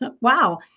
wow